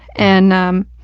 and, um,